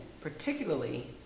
particularly